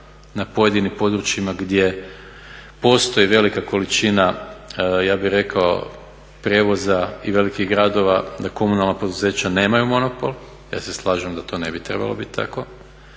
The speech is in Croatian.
na pojedinim područjima gdje postoji velika količina ja bih rekao prijevoza i velikih gradova da komunalna poduzeća nema monopol, ja se slažem da to ne ti trebalo biti tako.